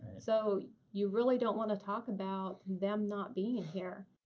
so you really don't want to talk about them not being here,